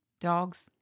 dog's